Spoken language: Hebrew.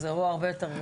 זה אירוע הרבה יותר גדול.